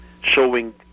showing